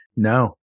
No